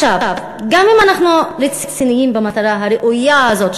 גם אם אנחנו רציניים במטרה הראויה הזאת,